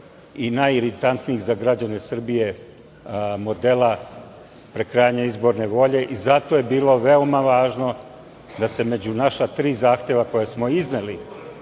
i najiritantnijih za građane Srbije modela prekrajanja izborne volje i zato je bilo veoma važno da se među naša tri zahteva koja smo izneli,